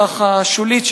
ככה שולית,